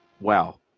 Wow